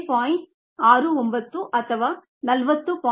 69 ಅಥವಾ 40